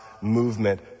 movement